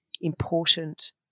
important